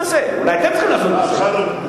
תדבר פה כל הלילה עכשיו?